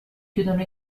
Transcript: chiudono